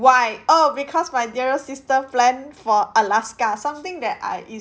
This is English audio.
why oh because my dearest sister plan for alaska something that I is